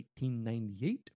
1898